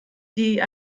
die